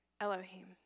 Elohim